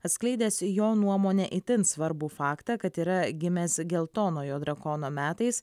atskleidęs jo nuomone itin svarbų faktą kad yra gimęs geltonojo drakono metais